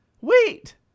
wait